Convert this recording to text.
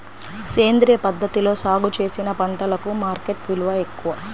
సేంద్రియ పద్ధతిలో సాగు చేసిన పంటలకు మార్కెట్ విలువ ఎక్కువ